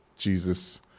Jesus